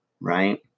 right